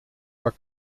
waar